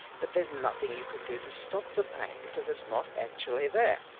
but there's nothing you can do to stop the pain because it's not actually there.